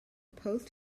post